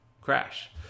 Crash